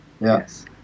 Yes